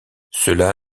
cela